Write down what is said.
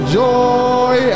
joy